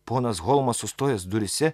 ponas holmas sustojęs duryse